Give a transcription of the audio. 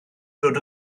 dod